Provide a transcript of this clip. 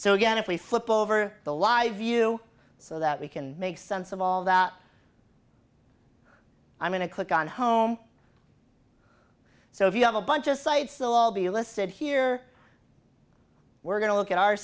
so again if we flip over the live view so that we can make sense of all the out i'm going to click on home so if you have a bunch of sites they'll all be listed here we're going to look at our